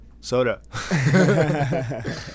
soda